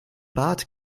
bad